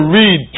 read